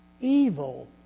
evil